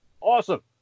Awesome